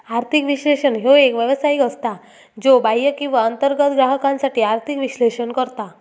आर्थिक विश्लेषक ह्यो एक व्यावसायिक असता, ज्यो बाह्य किंवा अंतर्गत ग्राहकांसाठी आर्थिक विश्लेषण करता